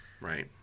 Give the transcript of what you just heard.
Right